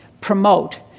promote